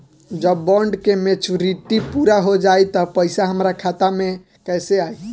जब बॉन्ड के मेचूरिटि पूरा हो जायी त पईसा हमरा खाता मे कैसे आई?